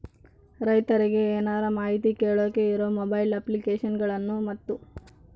ರೈತರಿಗೆ ಏನರ ಮಾಹಿತಿ ಕೇಳೋಕೆ ಇರೋ ಮೊಬೈಲ್ ಅಪ್ಲಿಕೇಶನ್ ಗಳನ್ನು ಮತ್ತು?